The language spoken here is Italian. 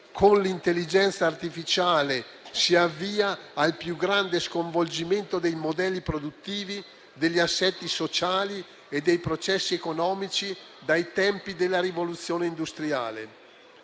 con l'intelligenza artificiale, si avvia al più grande sconvolgimento dei modelli produttivi, degli assetti sociali e dei processi economici dai tempi della rivoluzione industriale.